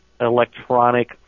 electronic